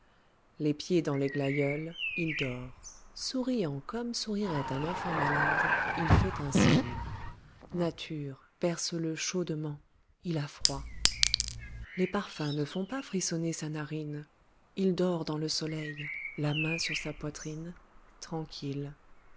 les pieds dans les glaïeuls il dort souriant comme sourirait un enfant malade il fait un somme nature berce le chaudement il a froid les parfums ne font pas frissonner sa narine il dort dans le soleil la main sur sa poitrine tranquille